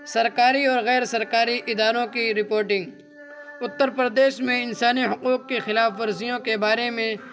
سرکاری اور غیرسرکاری اداروں کی رپورٹنگ اتّر پردیش میں انسانی حقوق کی خلاف ورزیوں کے بارے میں